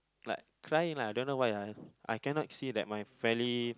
like crying I don't know why lah I cannot see that my family